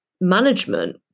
management